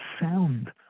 sound